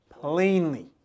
plainly